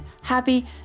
happy